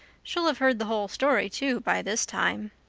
she'll have heard the whole story, too, by this time.